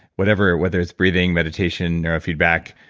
whatever, whether it's breathing, meditation, neurofeedback,